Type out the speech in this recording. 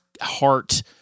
heart